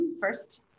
First